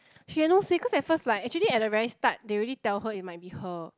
Sharow said because at first like actually at the very start they already tell her it might be her